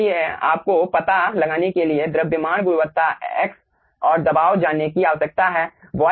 इसलिए आपको पता लगाने के लिए द्रव्यमान गुणवत्ता x और दबाव जानने की आवश्यकता है